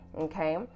okay